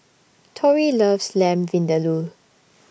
Torey loves Lamb Vindaloo